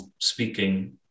speaking